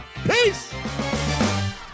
Peace